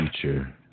future